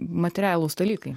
materialūs dalykai